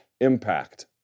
impact